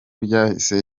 ryahise